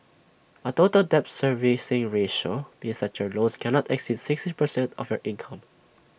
A total debt servicing ratio means such your loans cannot exceed sixty percent of your income